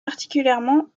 particulièrement